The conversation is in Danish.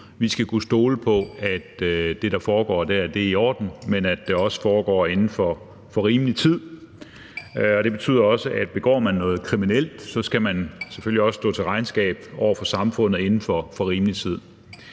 Vi skal kunne stole på, at det, der foregår der, er i orden, men at det også foregår inden for rimelig tid. Det betyder også, at begår man noget kriminelt, skal man selvfølgelig også stå til regnskab for det over for samfundet inden for rimelig tid.